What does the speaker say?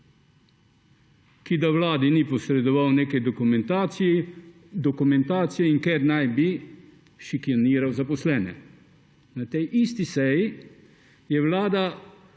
ki da Vladi ni posredoval neke dokumentacije in ker naj bi šikaniral zaposlene. Na tej isti seji je Vlada